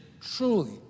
truly